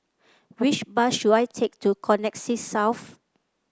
which bus should I take to Connexis South